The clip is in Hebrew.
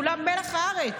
כולם מלח הארץ.